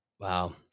Wow